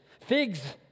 Figs